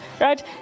right